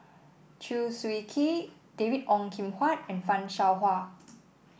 Chew Swee Kee David Ong Kim Huat and Fan Shao Hua